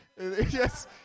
Yes